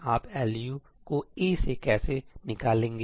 आप LU को A से कैसे निकालेंगे